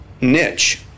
niche